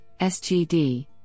SGD